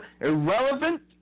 irrelevant